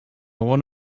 want